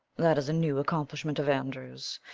that is a new accomplishment of andrew's,